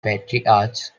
patriarchs